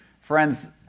Friends